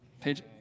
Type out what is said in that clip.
Page